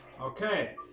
Okay